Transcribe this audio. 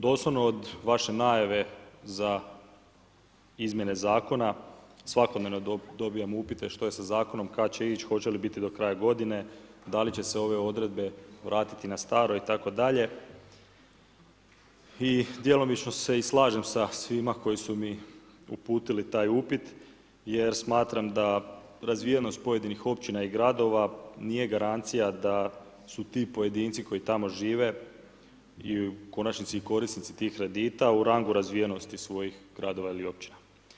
Doslovno od vaše najave za izmjene zakona svakodnevno dobivam upite kada će ići, hoće li biti do kraja godine, da li će se ove odredbe vratiti na staro itd., i djelomično se i slažem sa svima koji su mi uputili taj upit jer smatram da razvijenost pojedinih općina i gradova nije garancija da su ti pojedinci koji tamo žive i u konačnici korisnici tih kredita u rangu razvijenosti svojih gradova ili općina.